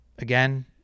Again